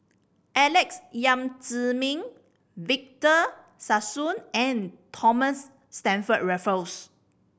Alex Yam Ziming Victor Sassoon and Thomas Stamford Raffles